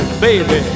baby